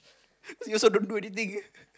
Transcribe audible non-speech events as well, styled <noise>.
<laughs> cause he also don't do anything